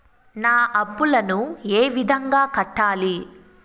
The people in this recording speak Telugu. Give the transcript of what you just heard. నా అప్పులను ఏ విధంగా కట్టాలి?